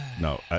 no